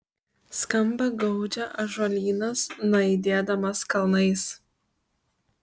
skamba gaudžia ąžuolynas nuaidėdamas kalnais